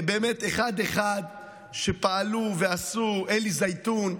באמת אחד-אחד פעלו ועשו, ואלי זיתון.